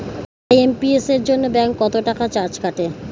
IMPS এর জন্য bank কত চার্জ কাটে?